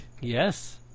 Yes